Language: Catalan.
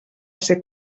ser